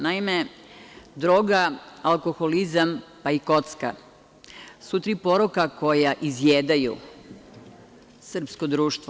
Naime, droga, alkoholizam, pa i kocka su tri poroka koja izjedaju srpsko društvo.